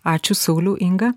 ačiū sauliau inga